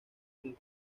con